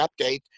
update